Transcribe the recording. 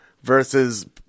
versus